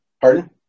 pardon